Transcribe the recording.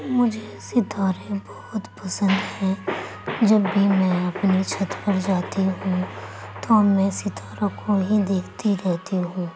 مجھے ستارے بہت پسند ہیں جب بھی میں اپنی چھت پر جاتی ہوں تو میں ستاروں کو ہی دیکھتی رہتی ہوں